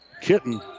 kitten